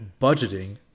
budgeting